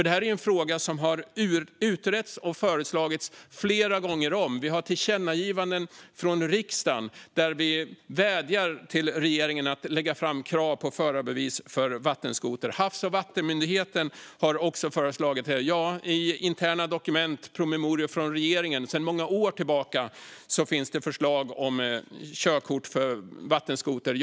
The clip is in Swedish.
Det här är en fråga som har utretts och föreslagits flera gånger om. Det finns tillkännagivanden från riksdagen där vi vädjar till regeringen att lägga fram krav på förarbevis för vattenskoter. Havs och vattenmyndigheten har också föreslagit det. I interna dokument och promemorior från regeringen sedan många år tillbaka finns det också förslag om körkort för vattenskoter.